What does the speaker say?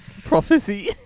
Prophecy